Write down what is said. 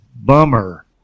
bummer